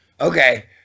okay